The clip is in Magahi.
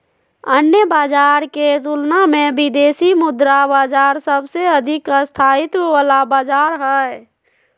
अन्य बाजार के तुलना मे विदेशी मुद्रा बाजार सबसे अधिक स्थायित्व वाला बाजार हय